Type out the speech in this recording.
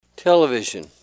Television